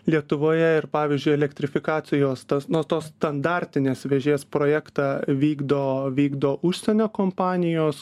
lietuvoje ir pavyzdžiui elektrifikacijos tas na tos standartinės vėžės projektą vykdo vykdo užsienio kompanijos